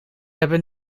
hebben